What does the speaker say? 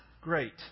Great